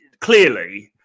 clearly